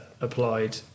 applied